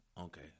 Okay